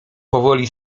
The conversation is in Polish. powoli